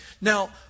Now